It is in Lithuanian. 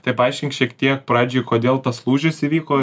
tai paaiškink šiek tiek pradžiai kodėl tas lūžis įvyko